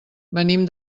venim